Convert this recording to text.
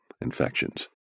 infections